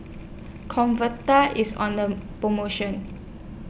Convatec IS on The promotion